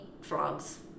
frogs